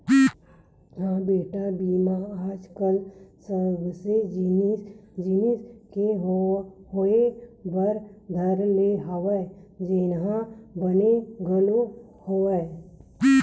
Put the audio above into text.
हव बेटा बीमा आज कल सबे जिनिस के होय बर धर ले हवय जेनहा बने घलोक हवय